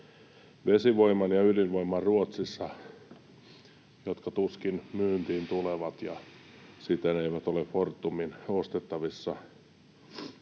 vesivoiman ja ydinvoiman Ruotsissa, jotka tuskin myyntiin tulevat ja siten eivät ole Fortumin ostettavissa.